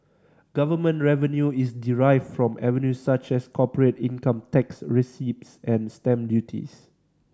government revenue is derived from avenues such as corporate income tax receipts and stamp duties